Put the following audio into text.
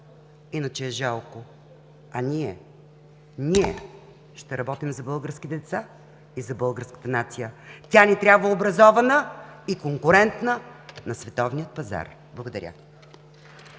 Иначе е жалко. А ние ще работим за българските деца и за българската нация. Тя ни трябва образована и конкурентна на световния пазар! Благодаря.